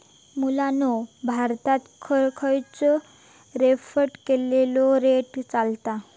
मुलांनो भारतात खयचो रेफर केलेलो रेट चलता?